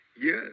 Yes